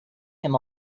him